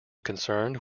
concerned